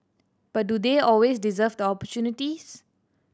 but do they always deserve the opportunities